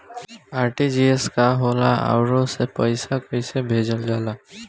RTGS का होला आउरओ से पईसा कइसे भेजल जला?